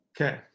Okay